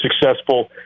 successful